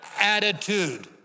attitude